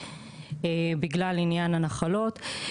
בגלל עניין הנחלות,